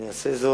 אני אעשה זאת,